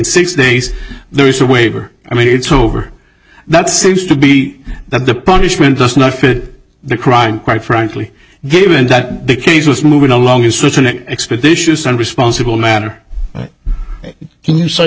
six days there is a waiver i mean it's over that seems to be that the punishment does not fit the crime quite frankly given that the case was moving along such an expeditious and responsible manner can you